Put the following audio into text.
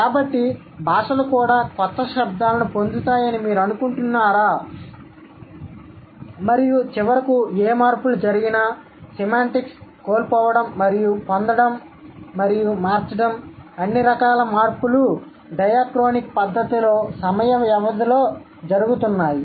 కాబట్టి భాషలు కూడా కొత్త శబ్దాలను పొందుతాయని మీరు అనుకుంటున్నారా మరియు చివరకు ఏ మార్పులు జరిగినా సిమాంటిక్స్ కోల్పోవడం మరియు పొందడం మరియు మార్చడం అన్ని రకాల మార్పులు డయాక్రోనిక్ పద్ధతిలో సమయ వ్యవధిలో జరుగుతున్నాయి